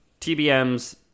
TBMs